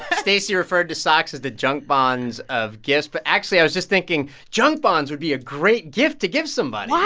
stacey referred to socks as the junk bonds of gifts. but actually, i was just thinking junk bonds would be a great gift to give somebody, yeah